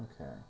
Okay